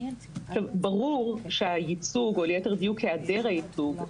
עכשיו ברור שהייצוג או ליתר דיוק העדר הייצוג,